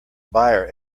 buyer